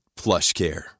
PlushCare